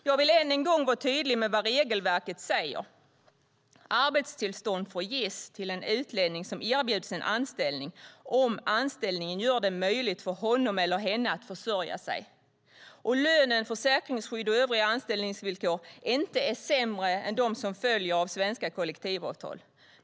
Jag vill än en gång vara tydlig med vad regelverket säger. Arbetstillstånd får ges till en utlänning som erbjuds en anställning om anställningen gör det möjligt för honom eller henne att försörja sig och om lönen, försäkringsskydd och övriga anställningsvillkor inte är sämre än dem som följer av svenska kollektivavtal.